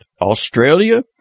Australia